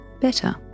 better